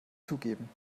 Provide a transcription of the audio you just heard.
zugeben